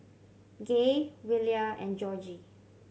Gaye Willia and Georgie